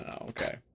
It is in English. okay